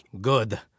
Good